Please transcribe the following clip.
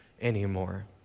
anymore